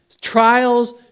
Trials